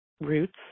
roots